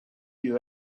you